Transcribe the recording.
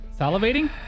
Salivating